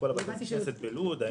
בכל בתי הכנסת בלוד.